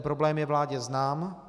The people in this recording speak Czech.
Problém je vládě znám.